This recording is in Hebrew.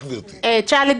מצביעי יש עתיד - אני נותנת את